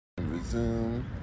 Resume